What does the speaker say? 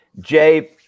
Jay